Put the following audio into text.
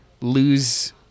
lose